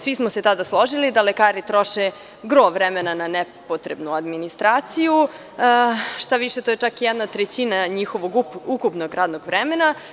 Svi smo se tada složili da lekari troše gro vremena na nepotrebnu administraciju, štaviše, to je čak jedna trećina njihovog ukupnog radnog vremena.